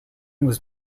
was